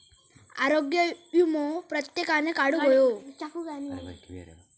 आरोग्य वीमो प्रत्येकान काढुक हवो